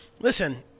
Listen